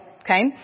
okay